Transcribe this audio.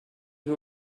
who